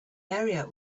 area